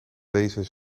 lezen